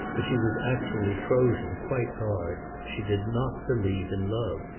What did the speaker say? but she was actually frozen quite hard. she did not believe in love.